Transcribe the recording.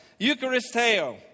Eucharisteo